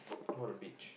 what a bitch